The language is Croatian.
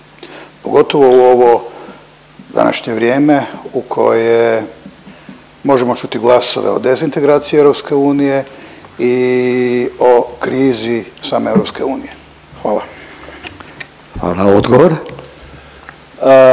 pogotovo u ovo današnje vrijeme u koje možemo čuti glasove o dezintegraciji EU i o krizi same EU, hvala. **Radin, Furio